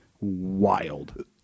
wild